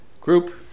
group